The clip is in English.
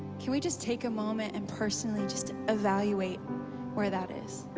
can we just take a moment and personally just evaluate where that is.